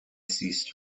ceased